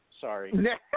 sorry